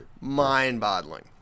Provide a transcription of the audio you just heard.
mind-boggling